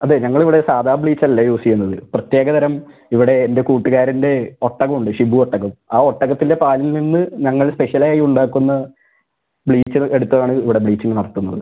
അതെ ഞങ്ങളിവിടെ സാധാരണ ബ്ലീച്ചല്ല യൂസ് ചെയ്യുന്നത് പ്രത്യേക തരം ഇവിടെ എൻ്റെ കൂട്ടുകാരൻ്റെ ഒട്ടകൊണ്ട് ഷിബു ഒട്ടകം ആ ഒട്ടകത്തിൻ്റെ പാലിൽ നിന്ന് ഞങ്ങൾ സ്പെഷ്യലായുണ്ടാക്കുന്ന ബ്ലീച്ച്കൾ എടുത്താണ് ഇവിടെ ബ്ലീച്ചിംഗ് നടത്തുന്നത്